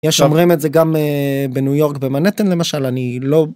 יש אומרים את זה גם בניו יורק במנהטן למשל אני לא.